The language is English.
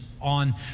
on